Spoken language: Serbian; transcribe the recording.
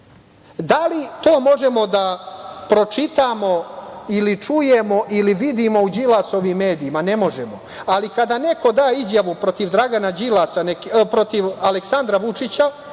Da li to možemo da pročitamo ili čujemo, ili vidimo u Đilasovim medijima? Ne možemo. Kada neko da izjavu protiv Aleksandra Vučića,